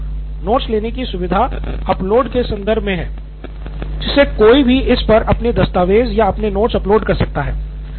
सिद्धार्थ मटूरी हाँ नोट्स लेने की सुविधा अपलोड के संदर्भ में है जिससे कोई भी इस पर अपने दस्तावेज़ या अपने नोट्स अपलोड कर सकता है